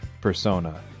persona